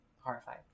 horrified